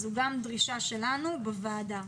זו גם דרישה שלנו בוועדה.